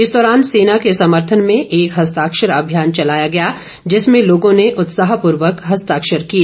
इस दौरान सेना के समर्थन में एक हस्ताक्षर अभियान चलाया गया जिसमें लोगों ने उत्साहपूर्वक हस्ताक्षण किए